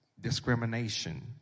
discrimination